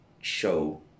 show